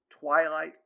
twilight